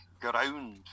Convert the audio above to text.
ground